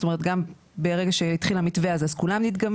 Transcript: זאת אומרת ברגע שהתחיל המתווה הזה אז כולם נדגמים.